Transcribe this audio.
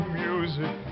music